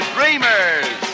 Dreamers